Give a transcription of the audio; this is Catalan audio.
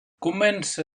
comença